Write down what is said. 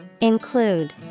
Include